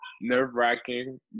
nerve-wracking